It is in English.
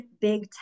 big